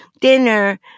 dinner